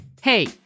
Hey